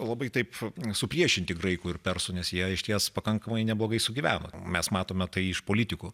labai taip supriešinti graikų ir persų nes jie išties pakankamai neblogai sugyveno mes matome tai iš politikų